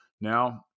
Now